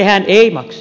sehän ei maksa